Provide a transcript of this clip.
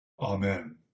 Amen